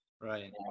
right